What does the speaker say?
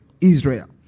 Israel